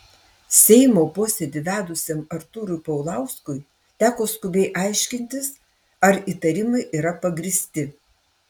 seimo posėdį vedusiam artūrui paulauskui teko skubiai aiškintis ar įtarimai yra pagrįsti